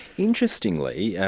interestingly, yeah